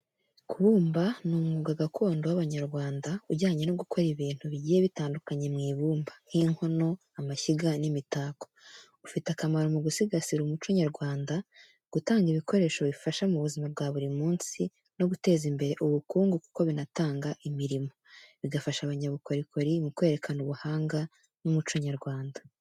Kubumba ni umwuga gakondo w’abanyarwanda ujyanye no gukora ibintu bigiye bitandukanye mu ibumba, nk’inkono, amashyiga, n’imitako. Ufite akamaro mu gusigasira umuco nyarwanda, gutanga ibikoresho bifasha mu buzima bwa buri munsi, no guteza imbere ubukungu kuko binatanga imirimo, bigafasha abanyabukorikori mu kwerekana ubuhanga n’umuco nyarwanda.